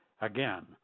Again